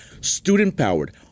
student-powered